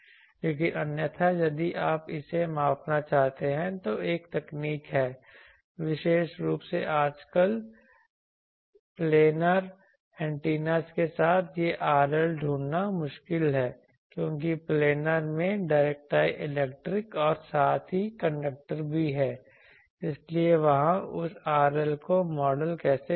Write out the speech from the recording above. लेकिन अन्यथा यदि आप इसे मापना चाहते हैं तो एक तकनीक है विशेष रूप से आजकल प्लेनर एंटेना के साथ यह RL ढूँढना मुश्किल है क्योंकि प्लानर एंटेना में डायइलेक्ट्रिक और साथ ही कंडक्टर भी है इसलिए वहां उस RL को मॉडल कैसे करें